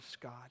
God